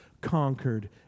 conquered